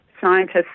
scientists